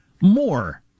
more